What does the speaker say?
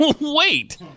Wait